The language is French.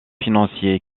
financier